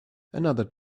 another